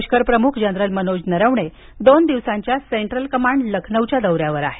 लष्कर प्रमुख जनरल मनोज नरवणे दोन दिवसांच्या सेन्ट्रल कमांड लखनौच्या दौऱ्यावर आले आहेत